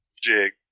jig